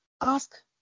ask